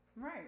Right